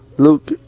Luke